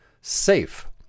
safe